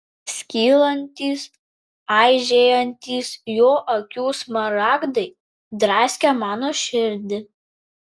skylantys aižėjantys jo akių smaragdai draskė mano širdį